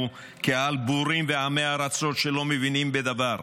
כעל בורים ועמי ארצות שלא מבינים בדבר,